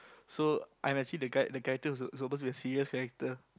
so I'm actually the guy the character who's s~ supposed to be a serious character